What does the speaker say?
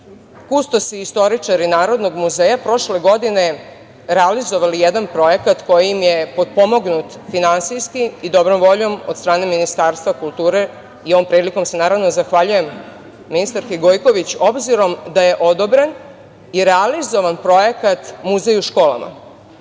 kustosi i istoričari Narodnoj muzeja prošle godine realizovali jedan projekat kojim je potpomognut finansijski i dobrom voljom od strane Ministarstva kulture. Ovom prilikom se naravno zahvaljujem ministarki Gojković, obzirom da je odobren i realizovan projekat – „Muzej u